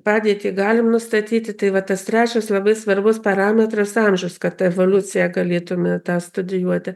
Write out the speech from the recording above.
padėtį galim nustatyti tai va tas trečias labai svarbus parametras amžius kad evoliuciją galėtumėte studijuoti